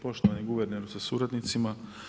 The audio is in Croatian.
Poštovani guverneru sa suradnicima.